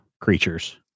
creatures